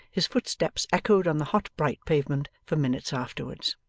his footsteps echoed on the hot bright pavement for minutes afterwards.